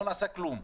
לא נעשה כלום.